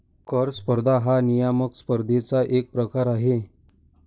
कर स्पर्धा हा नियामक स्पर्धेचा एक प्रकार आहे